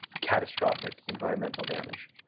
catastrophic environmental damage.